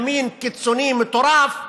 ימין קיצוני מטורף,